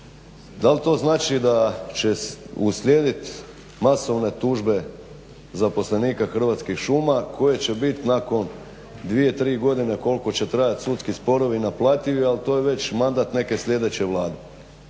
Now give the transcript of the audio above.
Da li to znači da će uslijediti masovne tužbe zaposlenika Hrvatskih šuma koje će biti nakon dvije, tri godine koliko će trajati sudski sporovi naplativi ali to je već mandat neke sljedeće Vlade.